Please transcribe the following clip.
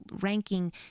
ranking